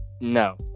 no